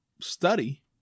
study